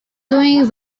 doing